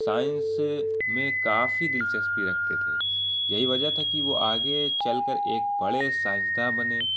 science میں کافی دلچسپی رکھتے تھے یہی وجہ تھا کہ وہ آگے چل کر ایک بڑے سائنسداں بنے